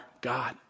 God